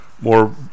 more